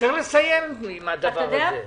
צריך לסיים עם הדבר הזה.